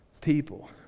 people